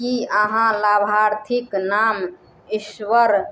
कि अहाँ लाभार्थीक नाम ईश्वर